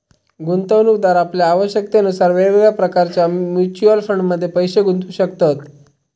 गुंतवणूकदार आपल्या आवश्यकतेनुसार वेगवेगळ्या प्रकारच्या म्युच्युअल फंडमध्ये पैशे गुंतवू शकतत